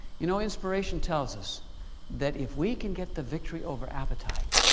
you know inspiration tells us that if we can get the victory over appetite,